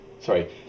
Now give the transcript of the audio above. sorry